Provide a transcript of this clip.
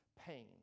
pain